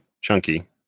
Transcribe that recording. Chunky